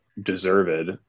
deserved